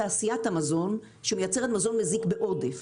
תעשיית המזון שמייצרת מזון מזיק בעודף.